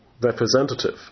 representative